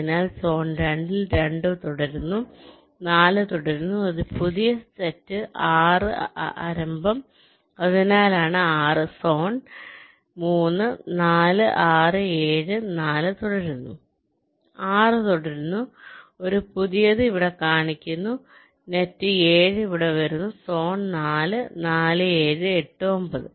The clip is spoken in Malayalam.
അതിനാൽ സോൺ 2 ൽ 2 തുടരുന്നു 4 തുടരുന്നു ഒരു പുതിയ നെറ്റ് 6 ആരംഭം അതിനാലാണ് 6 സോൺ 3 4 6 7 4 തുടരുന്നു 6 തുടരുന്നു ഒരു പുതിയത് ഇവിടെ കാണിക്കുന്നു net 7 ഇവിടെ വരുന്നു സോൺ 4 4 7 8 9